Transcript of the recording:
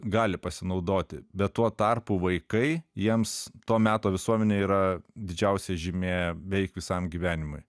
gali pasinaudoti bet tuo tarpu vaikai jiems to meto visuomenė yra didžiausia žymė beveik visam gyvenimui